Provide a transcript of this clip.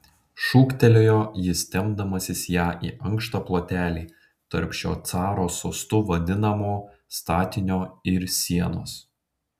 šūktelėjo jis tempdamasis ją į ankštą plotelį tarp šio caro sostu vadinamo statinio ir sienos